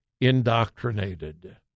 indoctrinated